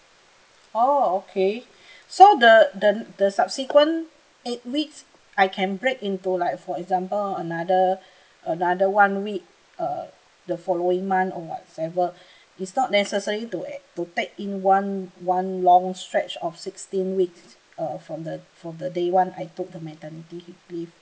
orh okay so the the the subsequent eight weeks I can break into like for example another another one week err the following month or whatsoever it's not necessary to add to take in one one long stretch of sixteen weeks uh from the from the day one I took the maternity le~ leave